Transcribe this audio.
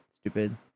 stupid